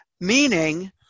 Meaning